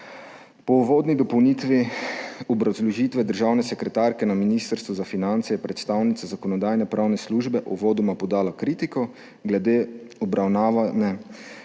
Po uvodni dopolnilni obrazložitvi državne sekretarke na Ministrstvu za finance je predstavnica Zakonodajno-pravne službe uvodoma podala kritiko glede obravnavanega